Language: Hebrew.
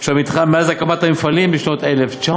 של המתחם מאז הקמת המפעלים ב-1930,